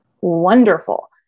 wonderful